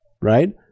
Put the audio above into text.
right